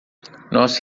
nós